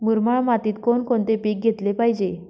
मुरमाड मातीत कोणकोणते पीक घेतले पाहिजे?